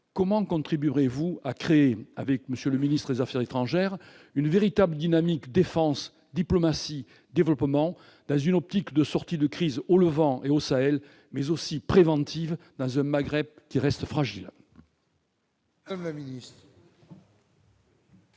comment contribuerez-vous à créer, avec M. le ministre des affaires étrangères, une véritable dynamique défense-diplomatie-développement, dans une optique de sortie de crise au Levant et au Sahel, mais aussi dans une perspective préventive dans un Maghreb fragile ?